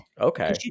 okay